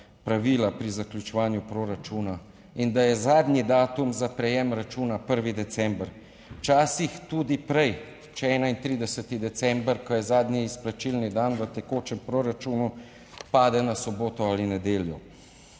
pravila pri zaključevanju proračuna in da je zadnji datum za prejem računa 1. december. Včasih tudi prej, če 31. december, ko je zadnji izplačilni dan v tekočem proračunu, pade na soboto ali nedeljo.